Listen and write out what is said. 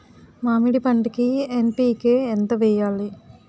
మామిడి పంటకి ఎన్.పీ.కే ఎంత వెయ్యాలి?